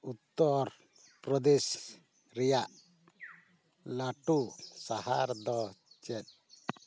ᱩᱛᱛᱚᱨ ᱯᱨᱚᱫᱮᱥ ᱨᱮᱭᱟᱜ ᱞᱟᱹᱴᱩ ᱥᱟᱦᱟᱨ ᱫᱚ ᱪᱮᱫ